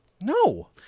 No